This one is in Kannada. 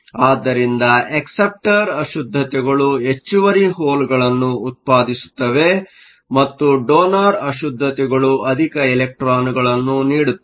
ಆದ್ದರಿಂದ ಅಕ್ಸೆಪ್ಟರ್ ಅಶುದ್ದತೆಗಳು ಹೆಚ್ಚುವರಿ ಹೋಲ್Holeಗಳನ್ನು ಉತ್ಪಾದಿಸುತ್ತವೆ ಮತ್ತು ಡೋನರ್ ಅಶುದ್ದತೆಗಳು ಅಧಿಕ ಎಲೆಕ್ಟ್ರಾನ್ ಗಳನ್ನು ನೀಡುತ್ತವೆ